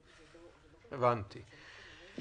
הבנתי.